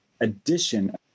addition